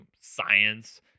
science